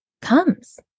comes